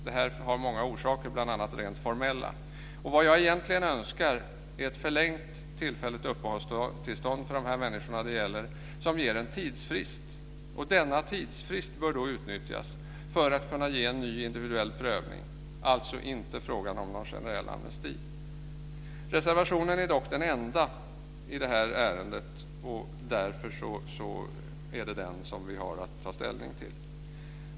Det har många orsaker, bl.a. rent formella. Vad jag egentligen önskar är ett förlängt tillfälligt uppehållstillstånd för de människor det gäller som ger en tidsfrist. Denna tidsfrist bör då utnyttjas för att kunna ge en ny individuell prövning. Det är alltså inte fråga om någon generell amnesti. Reservationen är dock den enda i ärendet, och därför är det den som vi har att ta ställning till.